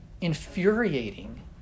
infuriating